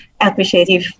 appreciative